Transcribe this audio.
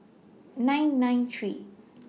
nine nine three